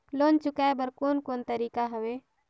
Loan चुकाए बर कोन कोन तरीका हवे?